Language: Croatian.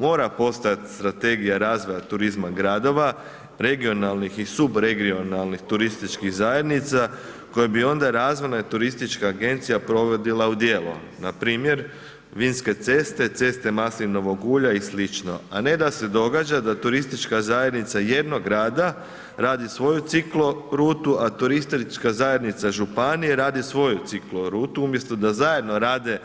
Mora postojati strategija razvoja turizma gradova, regionalnih i subregionalnih turističkih zajednica koje bi onda razvoja turistička agencija provodila u djelo, npr. vinske ceste, ceste maslinovog ulja i slično a ne da se događa da turistička zajednica jednog grada radi svoju ciklo rutu a turistička zajednica županije radi svoju ciklo rutu, umjesto da zajedno rade